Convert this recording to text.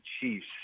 Chiefs